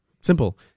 Simple